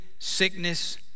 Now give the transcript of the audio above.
sickness